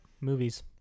movies